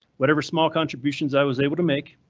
whatever small contributions i was able to make,